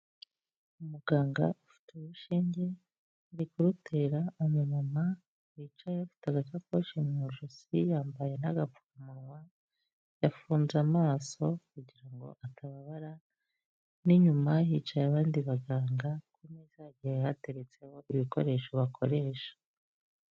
Umuganga ufite urushinge ari kurutera umumama wicaye afite agasakoshi mu ijosi yambaye n'agapfukamunwa yafunze amaso kugira ngo atababara n'inyuma yicaye abandi baganga ku meza igihe yateretseho ibikoresho bakoresha.